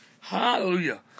Hallelujah